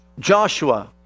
Joshua